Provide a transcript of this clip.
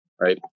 right